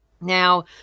Now